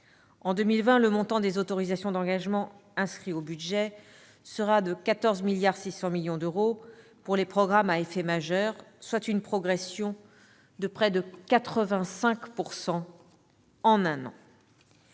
en 2020, le montant des autorisations d'engagement inscrit dans le budget sera de 14,6 milliards d'euros pour les programmes à effet majeur, soit une progression de près de 85 % en un an.